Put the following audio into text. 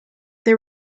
they